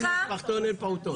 אין משפחתון, אין פעוטון.